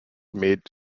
made